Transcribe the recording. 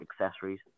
accessories